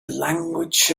language